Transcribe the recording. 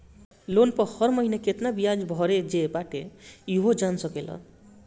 loan पअ हर महिना केतना बियाज भरे जे बाटे इहो जान सकेला